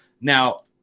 Now